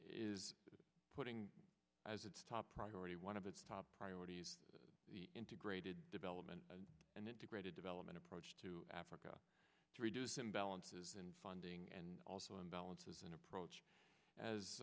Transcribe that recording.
is putting as its top priority one of the top priorities of the integrated development and integrated development approach to africa to reduce imbalances and funding and also on balance is an approach as